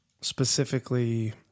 specifically